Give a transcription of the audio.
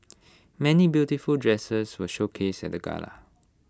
many beautiful dresses were showcased at the gala